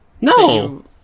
No